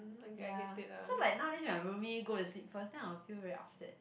ya so like nowadays when my roomie go to sleep first then I will feel very upset